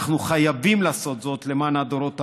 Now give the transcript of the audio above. אנחנו חייבים לעשות זאת למען הדורות הבאים,